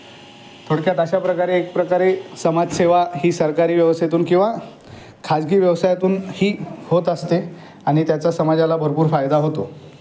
थोडक्यात अशा प्रकारे एक प्रकारे समाजसेवा ही सरकारी व्यवस्थेतून किंवा खाजगी व्यवसायातूनही होत असते आणि त्याचा समाजाला भरपूर फायदा होतो